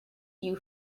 you